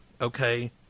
okay